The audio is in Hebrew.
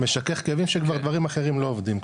משכך כאבים שכבר דברים אחרים לא עובדים,